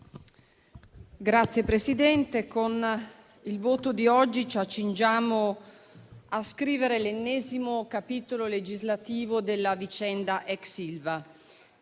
Signor Presidente, con il voto di oggi ci accingiamo a scrivere l'ennesimo capitolo legislativo della vicenda ex Ilva.